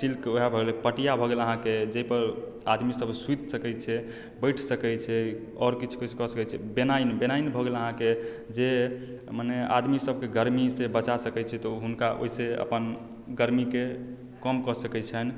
silk उएह भऽ गेल आओर पटिया भऽ गेल अहाँकेँ जाहिपर आदमीसभ सूति सकैत छै बैठ सकैत छै आओर किछु किछु कऽ सकैत छै बेनाइन बेनाइन भऽ गेल अहाँकेँ जे मने आदमीसभकेँ गर्मीसँ बचा सकैत छै तऽ हुनका ओहिसँ अपन गर्मीकेँ कम कऽ सकैत छनि